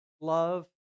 Love